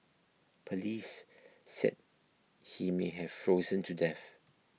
police said he may have frozen to death